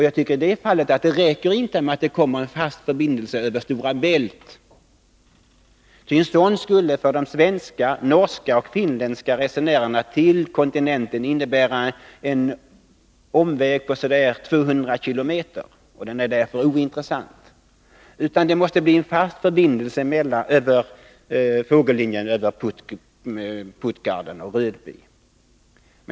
Jag tycker att det inte räcker med en fast förbindelse över Stora Bält, ty en sådan skulle för de svenska, norska och finländska resenärerna till kontinenten innebära en omväg på ungefär 200 kilometer. Den är därför ointressant. Det måste i stället bli en fast förbindelse, fågelflyktslinjen, över Puttgarden och Rodby.